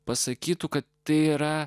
pasakytų kad tai yra